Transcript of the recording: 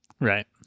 Right